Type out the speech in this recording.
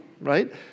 right